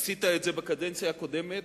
עשית את זה בקדנציה הקודמת,